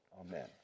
Amen